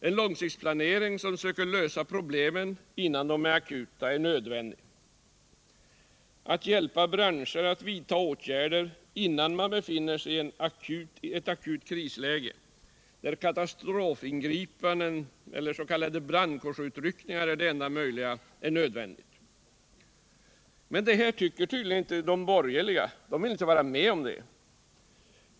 En långtidsplanering, genom vilken man söker lösa problemen innan de blivit akuta, är nödvändig. Att hjälpa branscher att vidta åtgärder innan de befinner sig i ett akut krisläge, där katastrofingripanden eller brandkårsutryckningar är det enda möjliga, är nödvändigt. Det här tycks inte de borgerliga vilja vara med om.